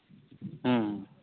ᱦᱮᱸ